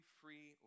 free